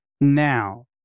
now